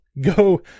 go